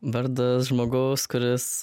vardas žmogaus kuris